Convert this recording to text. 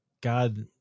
God